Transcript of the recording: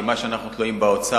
כי במה שאנחנו תלויים באוצר,